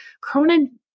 Cronin